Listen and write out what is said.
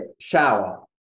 shower